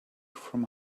from